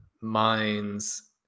minds